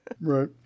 Right